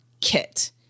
kit